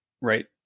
Right